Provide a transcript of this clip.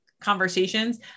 conversations